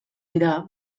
dira